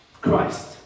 Christ